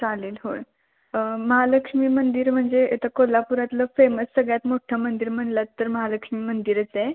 चालेल होय महालक्ष्मी मंदिर म्हणजे इथं कोल्हापुरातलं फेमस सगळ्यात मोठ्ठं मंदिर म्हणलंत तर महालक्ष्मी मंदिरच आहे